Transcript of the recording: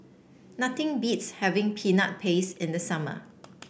nothing beats having Peanut Paste in the summer